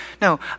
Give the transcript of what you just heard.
No